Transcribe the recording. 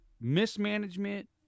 mismanagement